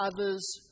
others